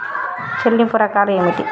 చెల్లింపు రకాలు ఏమిటి?